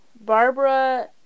Barbara